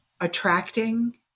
attracting